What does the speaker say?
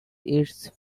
its